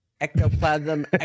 ectoplasm